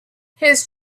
his